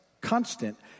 constant